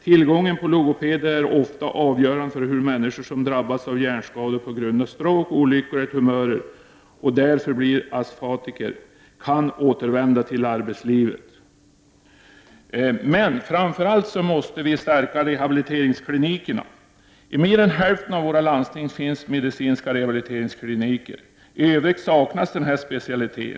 Tillgången på logopeder är ofta avgörande för hur människor, som drabbas av hjärnskador på grund av stroke, olyckor eller tumörer och därmed blir afatiker, kan återvända till arbetslivet.” Framför allt måste vi stärka rehabiliteringsklinikerna. I mer än hälften av våra landsting finns medicinska rehabiliteringskliniker. I övrigt saknas denna specialitet.